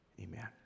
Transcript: Amen